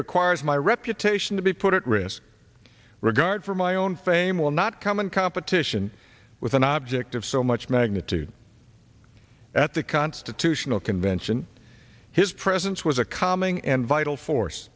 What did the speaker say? requires my reputation to be put at risk regard for my own fame will not come in competition with an object of so much magnitude at the constitutional convention his presence was a calming and vital force